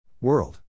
World